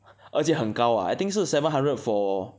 而且很高 ah I think 是 seven hundred for